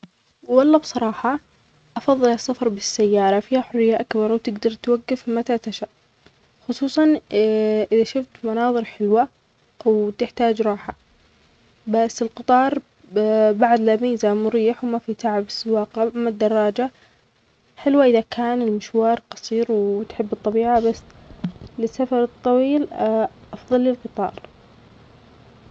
والله بصراحة أفظل السفر بالسيارة فيها حرية أكبر وتجدر توقف متى تشاء خصوصاً إذا شفت مناظر حلوة أو تحتاج راحة، بس القطار بعد له ميزة مريح وما في تعب السواقة، أما الدراجة حلوة إذا كان المشوار قصير وتحب الطبيعة بس للسفر الطويل أفظلى القطار.